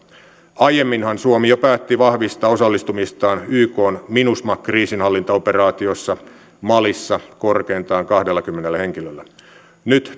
aiemminhan suomi jo päätti vahvistaa osallistumistaan ykn minusma kriisinhallintaoperaatiossa malissa korkeintaan kahdellakymmenellä henkilöllä nyt